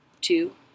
two